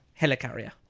helicarrier